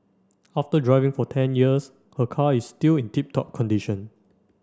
after driving for ten years her car is still in tip top condition